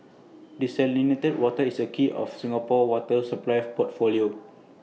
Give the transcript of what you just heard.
desalinated water is A key of Singapore's water supply portfolio